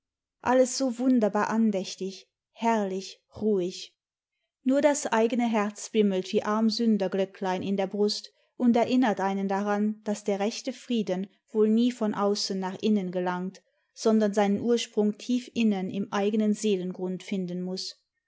alles so wunderbar andächtig herrlich ruhig nur das eigene herz bimmelt wie armsünderglöcklein in der brust und erinnert einen daran daß der rechte frieden wohl nie von außen nach innen gelangt sondern seinen ursprung tief innen im eigenen seelengrund finden muß